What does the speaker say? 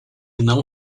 não